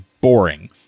boring